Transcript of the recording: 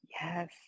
Yes